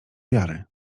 wiary